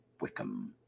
wickham